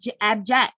abject